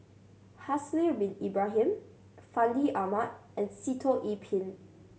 Haslir Bin Ibrahim Fandi Ahmad and Sitoh Yih Pin